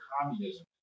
communism